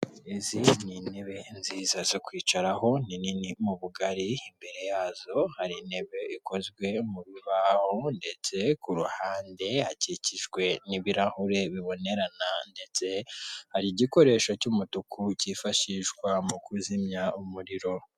Izi ni intebe nziza zo kwicara ni nini mu bugari imbere yazo hari intebe ikoze mu bibaho ndetse ku ruhande hakikijwe n'ibirahure bibonerana ndetse hari igikoresho hari cy'umutuku kifashishwa mu kuzimya umuriro.